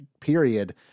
period